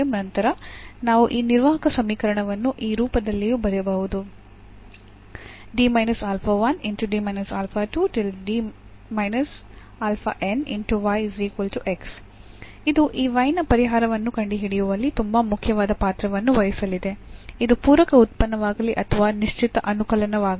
ನಂತರ ನಾವು ಈ ನಿರ್ವಾಹಕ ಸಮೀಕರಣವನ್ನು ಈ ರೂಪದಲ್ಲಿಯೂ ಬರೆಯಬಹುದು ಇದು ಈ y ನ ಪರಿಹಾರವನ್ನು ಕಂಡುಹಿಡಿಯುವಲ್ಲಿ ಬಹಳ ಮುಖ್ಯವಾದ ಪಾತ್ರವನ್ನು ವಹಿಸಲಿದೆ ಇದು ಪೂರಕ ಉತ್ಪನ್ನವಾಗಲಿ ಅಥವಾ ನಿಶ್ಚಿತ ಅನುಕಲನವಾಗಲಿ